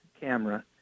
camera